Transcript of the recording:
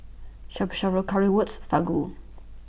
Shabu Shabu Currywurst Fugu